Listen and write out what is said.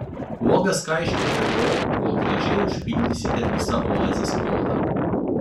uogas kaišiokite tol kol gražiai užpildysite visą oazės plotą